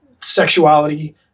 sexuality